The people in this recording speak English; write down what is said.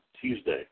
Tuesday